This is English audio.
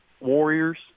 warriors